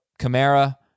Kamara